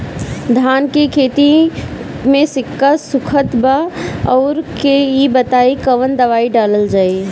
धान के खेती में सिक्का सुखत बा रउआ के ई बताईं कवन दवाइ डालल जाई?